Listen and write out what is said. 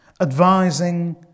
advising